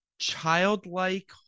childlike